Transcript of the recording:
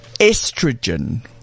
Estrogen